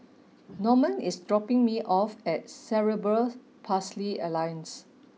Normand is dropping me off at Cerebral Palsy Alliance